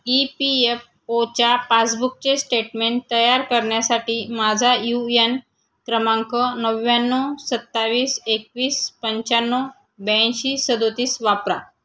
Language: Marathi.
ई पी एफ ओच्या पासबुकचे स्टेटमेंट तयार करण्यासाठी माझा यू यन क्रमांक नव्याण्णव सत्तावीस एकवीस पंच्याण्णव ब्याऐंशी सदतीस वापरा